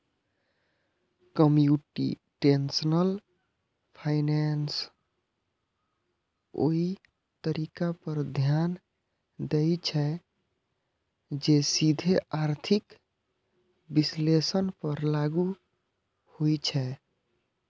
computational finance ओइ तरीका पर ध्यान दै छै, जे सीधे आर्थिक विश्लेषण पर लागू होइ छै